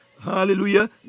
Hallelujah